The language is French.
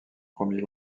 premier